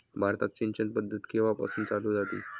भारतात सिंचन पद्धत केवापासून चालू झाली?